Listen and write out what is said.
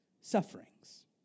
sufferings